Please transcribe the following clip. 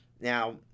Now